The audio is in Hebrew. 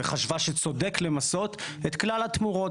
וחשבה שצודק למסות את כלל התמורות.